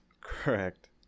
correct